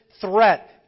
threat